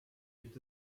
gibt